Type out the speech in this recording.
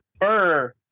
fur